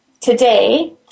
today